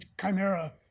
Chimera